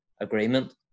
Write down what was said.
agreement